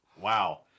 wow